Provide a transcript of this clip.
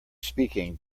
speaking